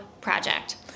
Project